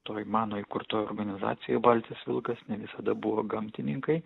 toj mano įkurtoj organizacijoj baltijos vilkas ne visada buvo gamtininkai